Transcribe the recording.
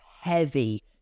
heavy